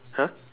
!huh!